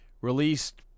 released